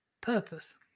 purpose